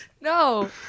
No